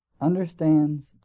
understands